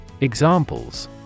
Examples